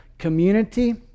community